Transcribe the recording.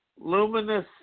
luminous